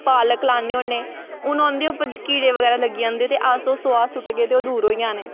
पालक लान्ने होन्ने हून उं'दे उप्पर कीड़े बगैरा लगी जंदे ते अस ओह् स्वाह् सुट्टगे ते ओह् दूर होई जाने